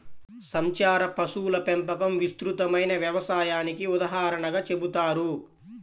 సంచార పశువుల పెంపకం విస్తృతమైన వ్యవసాయానికి ఉదాహరణగా చెబుతారు